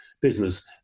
business